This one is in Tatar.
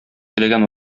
теләгән